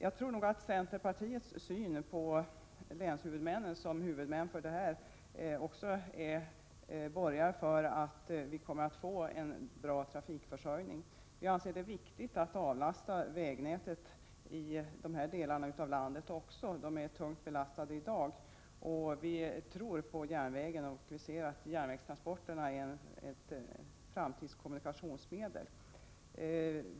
Jag tror att centerpartiets syn på länshuvudmännen borgar för att vi Prot. 1987/88:67 kommer att få en bra trafiklösning. 11 februari 1988 Vi anser det viktigt att avlasta vägnätet även i dessa delar av landet. Det är tungt belastat i dag. Vi tror på järnvägstransporterna och anser att järnvägen har en framtid när det gäller kommunikationerna.